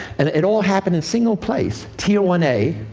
and it all happened in a single place, tier one a,